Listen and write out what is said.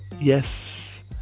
Yes